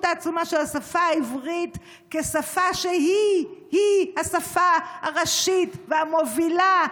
העצומה של השפה העברית כשפה שהיא-היא השפה הראשית והמובילה,